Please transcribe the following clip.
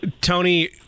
Tony